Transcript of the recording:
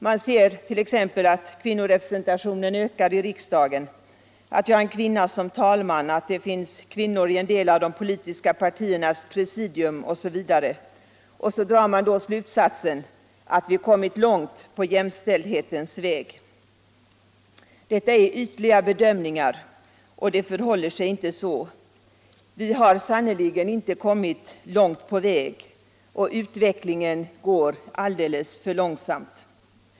Man ser t.ex. att kvinnorepresentationen ökar i riksdagen, att vi har en kvinna som talman, att det finns kvinnor i en del av de politiska partiernas presidium osv. Och så drar man då slutsatsen att vi kommit långt på jämställdhetens väg. Detta är ytliga bedömningar och det förhåller sig inte så som man tror. Vi har sannerligen inte kommit långt på väg — och utvecklingen går alldeles för långsamt.